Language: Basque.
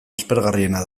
aspergarriena